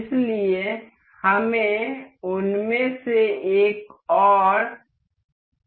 इसलिए हमें उनमें से एक और की जरूरत है